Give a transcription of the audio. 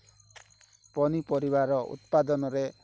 ପନିପରିବାର ଉତ୍ପାଦନରେ